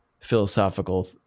philosophical